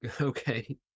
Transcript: Okay